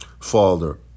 Father